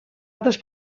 altres